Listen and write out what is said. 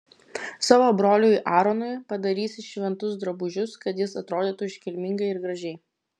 savo broliui aaronui padarysi šventus drabužius kad jis atrodytų iškilmingai ir gražiai